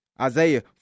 Isaiah